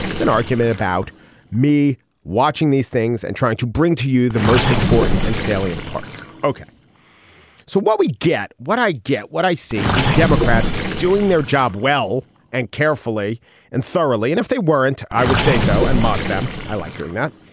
it's an argument about me watching these things and trying to bring to you the most important and salient parts. ok so what we get what i get. what i see is democrats doing their job well and carefully and thoroughly and if they weren't i would say so and mock them. i like doing that.